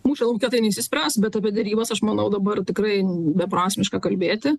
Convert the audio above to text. mūšio lauke tai neišsispręs bet apie derybas aš manau dabar tikrai beprasmiška kalbėti